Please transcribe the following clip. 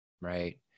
Right